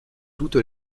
toute